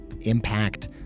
impact